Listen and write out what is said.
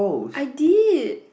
I did